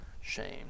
shame